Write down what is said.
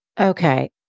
Okay